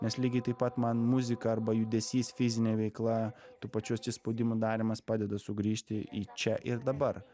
nes lygiai taip pat man muzika arba judesys fizinė veikla tų pačių atsispaudimų darymas padeda sugrįžti į čia ir dabar